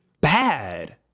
bad